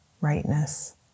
rightness